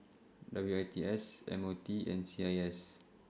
W I T S M O T and C I S